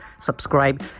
subscribe